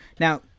Now